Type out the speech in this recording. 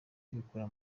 kwikura